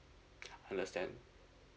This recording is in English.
understand